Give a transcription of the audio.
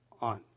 on